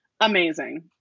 Amazing